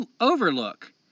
overlook